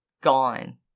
gone